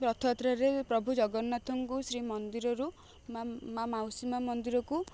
ରଥଯାତ୍ରାରେ ପ୍ରଭୁ ଜଗନ୍ନାଥଙ୍କୁ ଶ୍ରୀମନ୍ଦିରରୁ ମାଁ ମାଉସୀ ମାଁ ମନ୍ଦିରକୁ